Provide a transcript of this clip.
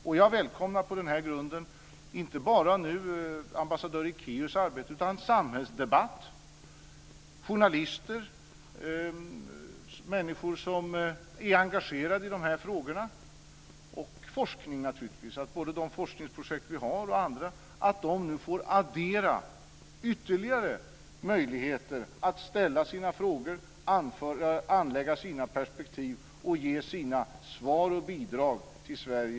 På den här grunden välkomnar jag inte bara ambassadör Ekéus arbete utan även en samhällsdebatt med journalister och människor som är engagerade i de här frågorna och forskningen. Det handlar om att de forskningsprojekt vi nu har och även andra får ytterligare möjligheter att ställa sina frågor, anlägga sina perspektiv och ge sina svar och bidrag till detta.